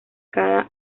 cada